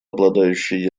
обладающие